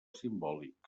simbòlic